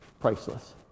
priceless